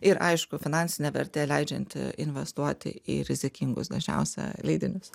ir aišku finansinė vertė leidžianti investuoti į rizikingus dažniausia leidinius